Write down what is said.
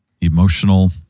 emotional